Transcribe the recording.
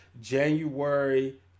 January